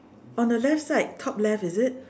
on the left side top left is it